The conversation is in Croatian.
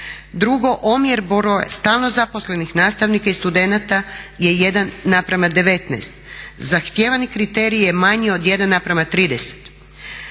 Drugo, omjer stalno zaposlenih nastavnika i studenata je 1 na prema 19. Zahtijevani kriterij je manji od 1 na prema 30.